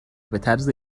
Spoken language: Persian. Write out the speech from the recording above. بطرز